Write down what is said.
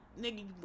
nigga